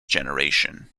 generation